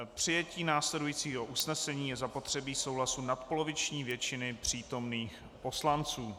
K přijetí následujícího usnesení je zapotřebí souhlasu nadpoloviční většiny přítomných poslanců.